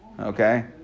Okay